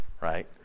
right